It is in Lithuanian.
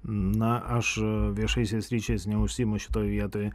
na aš viešaisiais ryšiais neužsiimu šitoj vietoj